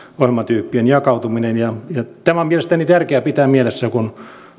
ohjelmatyyppien jakautuminen ja ja tämä on mielestäni tärkeää pitää mielessä kun